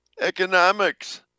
economics